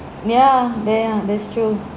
ya ya that's true